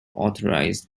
authorized